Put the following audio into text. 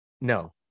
no